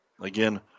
Again